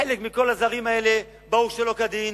חלק מכל הזרים האלה באו שלא כדין,